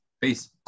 Peace